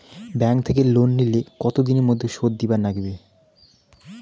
Bank থাকি loan নিলে কতো দিনের মধ্যে শোধ দিবার নাগিবে?